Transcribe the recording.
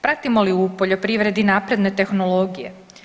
Pratimo li u poljoprivredni napredne tehnologije?